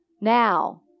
Now